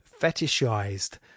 fetishized